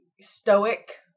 stoic